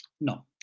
No